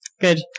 Good